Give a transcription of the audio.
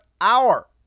hour